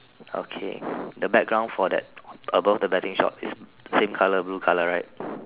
okay the background for that above the wedding shop is same colour blue colour right